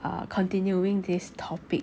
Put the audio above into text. ah continuing this topic